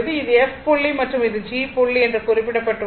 இது f புள்ளி மற்றும் இது g புள்ளி என்று குறிக்கப்பட்டுள்ளது